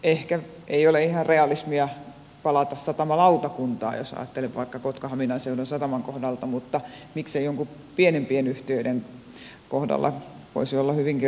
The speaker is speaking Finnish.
ehkä ei ole ihan realismia palata satamalautakuntaan jos ajatellaan vaikka kotkahamina seudun sataman kohdalta mutta miksei se joidenkin pienempien yhtiöiden kohdalla voisi olla hyvinkin realistinen vaihtoehto